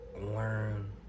learn